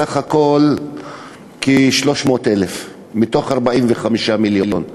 בסך הכול כ-300,000 מתוך 45 מיליון,